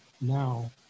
Now